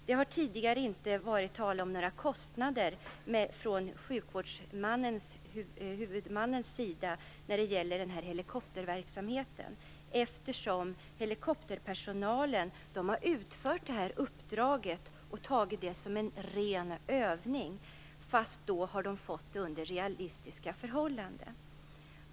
Det har tidigare inte varit tal om några kostnader från sjukvårdshuvudmannens sida för den här helikopterverksamheten, eftersom helikopterpersonalen har utfört det här uppdraget och betraktat det som en ren övning, fast under realistiska förhållanden.